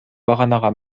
баганага